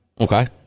Okay